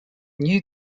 new